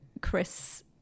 Chris